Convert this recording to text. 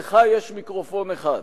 לך יש מיקרופון אחד.